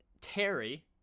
Terry